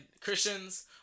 Christians